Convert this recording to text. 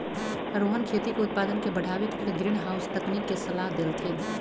रोहन खेती के उत्पादन के बढ़ावे के लेल ग्रीनहाउस तकनिक के सलाह देलथिन